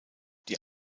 die